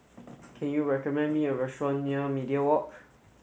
can you recommend me a restaurant near Media Walk